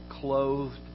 clothed